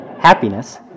happiness